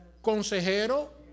consejero